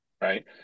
right